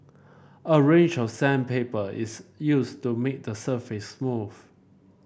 a range of sandpaper is used to make the surface smooth